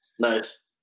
Nice